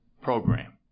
program